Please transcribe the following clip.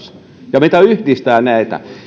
ja mikä yhdistää näitä se